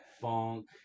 funk